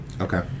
Okay